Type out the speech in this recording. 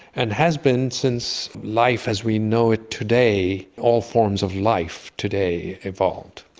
and has been since life as we know it today, all forms of life today, evolved.